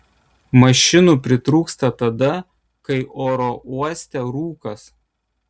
mašinų pritrūksta tada kai oro uoste rūkas